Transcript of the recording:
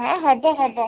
ହଁ ହେବ ହେବ